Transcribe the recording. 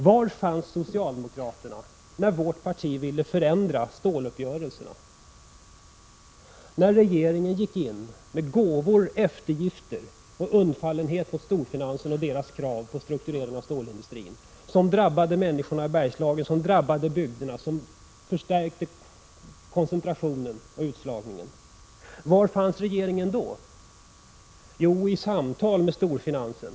Var fanns socialdemokraterna när vårt parti ville förändra ståluppgörelserna? Regeringen visade undfallenhet mot storfinansen och dess krav på strukturering av stålindustrin, som drabbade människorna i Bergslagen, som drabbade bygderna, som förstärkte koncentrationen och utslagningen? Var fanns regeringen då? Jo, i samtal med storfinansen.